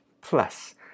plus